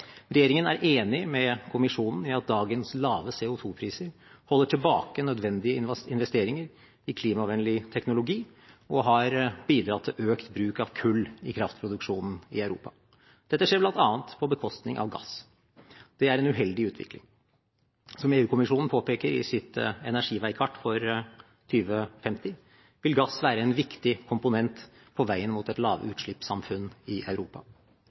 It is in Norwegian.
Regjeringen er enig med kommisjonen i at dagens lave CO2-priser holder tilbake nødvendige investeringer i klimavennlig teknologi og har bidratt til økt bruk av kull i kraftproduksjonen i Europa. Dette skjer bl.a. på bekostning av gass. Det er en uheldig utvikling. Som EU-kommisjonen påpeker i sitt energiveikart for 2050, vil gass være en viktig komponent på veien mot et lavutslippssamfunn i Europa.